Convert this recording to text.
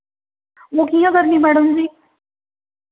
ओह् कि'यां करनी मैडम जी